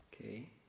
Okay